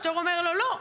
השוטר אומר לו: לא,